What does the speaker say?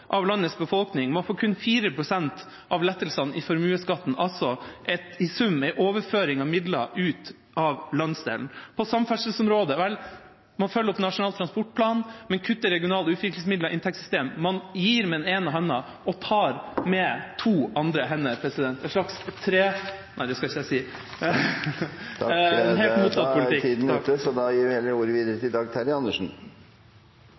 av landets befolkning, men de får kun 4 pst. av lettelsene i formuesskatten. Det er altså i sum en overføring av midler ut av landsdelen. Samferdselsområdet: Vel, man følger opp Nasjonal transportplan, men kutter i regionale utviklingsmidler og inntektssystemet. Man gir med den ene hånden og tar med to andre hender. Det er en